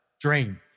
drained